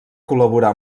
col·laborar